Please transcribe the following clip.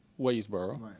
Waysboro